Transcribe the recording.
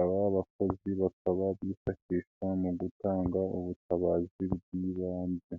aba bakozi bakaba bifashishwa mu gutanga ubutabazi bw'ibanze.